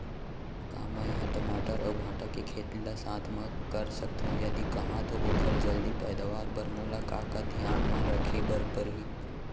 का मै ह टमाटर अऊ भांटा के खेती ला साथ मा कर सकथो, यदि कहाँ तो ओखर जलदी पैदावार बर मोला का का धियान मा रखे बर परही?